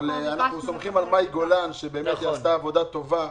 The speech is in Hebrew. אנחנו סומכים על מאי גולן שעשתה עבודה טובה.